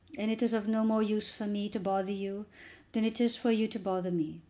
and it is of no more use for me to bother you than it is for you to bother me.